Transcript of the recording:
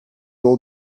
will